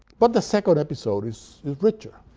but the second episode is richer.